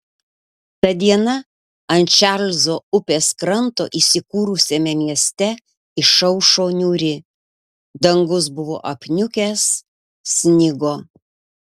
ta diena ant čarlzo upės kranto įsikūrusiame mieste išaušo niūri dangus buvo apniukęs snigo